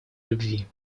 любви